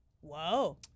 whoa